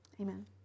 Amen